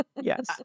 Yes